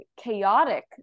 chaotic